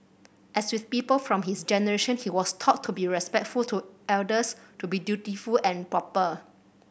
as with people from his generation he was taught to be respectful to elders to be dutiful and proper